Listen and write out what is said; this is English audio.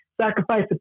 sacrifice